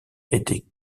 était